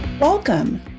Welcome